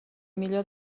millor